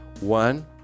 One